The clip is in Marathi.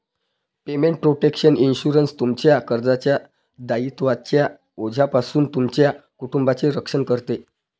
पेमेंट प्रोटेक्शन इन्शुरन्स, तुमच्या कर्जाच्या दायित्वांच्या ओझ्यापासून तुमच्या कुटुंबाचे रक्षण करते